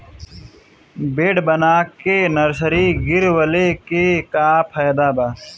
Bed बना के nursery गिरवले के का फायदा बा?